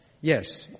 Yes